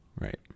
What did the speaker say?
Right